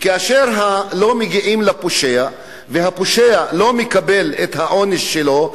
כאשר לא מגיעים לפושע והפושע לא מקבל את העונש שלו,